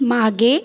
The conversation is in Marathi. मागे